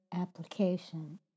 Application